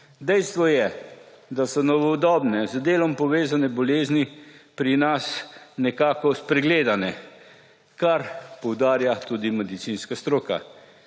Dejstvo je, da so novodobne, z delom povezane bolezni pri nas nekako spregledane, kar poudarja tudi medicinska stroka.